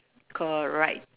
correct